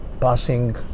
passing